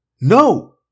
no